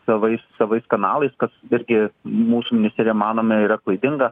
savais savais kanalais kas irgi mūsų misija ir įmanomi yra klaidinga